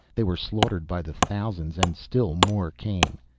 they were slaughtered by the thousands, and still more came.